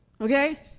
Okay